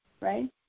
right